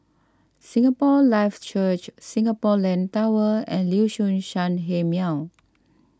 Singapore Life Church Singapore Land Tower and Liuxun Sanhemiao